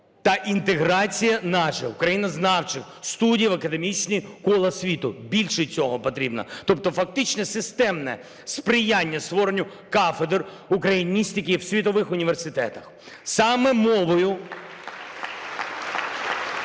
та інтеграція наших українознавчих студій в академічні кола світу. Більше цього потрібно, тобто фактично системне сприяння створенню кафедр україністики у світових університетах. (Оплески) Саме